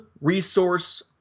resource